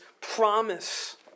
promise